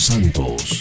Santos